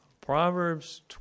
Proverbs